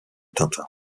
tintin